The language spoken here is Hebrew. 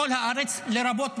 בכל הארץ, לרבות בצפון,